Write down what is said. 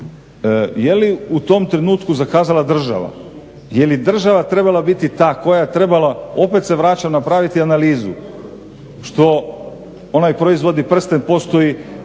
je li u tom trenutku zakazala država? Je li država trebala biti ta koja je trebala, opet se vraćam, napraviti analizu? Što onaj proizvodni prsten postoji